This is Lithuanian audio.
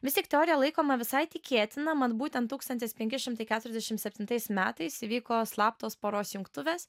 vis tiek teorija laikoma visai tikėtina mat būtent tūkstantis penki šimtai keturiasdešimt septintais metais įvyko slaptos poros jungtuvės